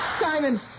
Simon